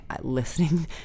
listening